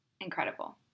incredible